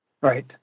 Right